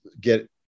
get